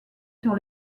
sur